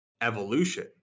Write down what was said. evolution